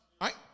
Right